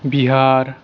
Bihar